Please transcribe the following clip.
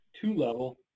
two-level